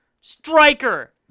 Striker